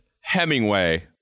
Hemingway